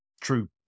true